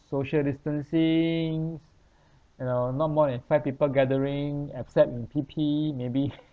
social distancings you know not more than five people gathering except in P_P_E maybe